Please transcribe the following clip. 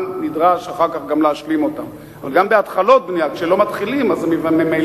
לפי התחזית האופטימית שהביא